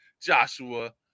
Joshua